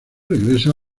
regresa